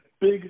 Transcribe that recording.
big